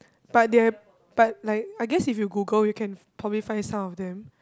but there but like I guess if you Google you can probably find some of them